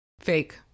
Fake